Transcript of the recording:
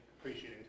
appreciating